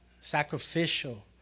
sacrificial